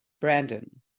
Brandon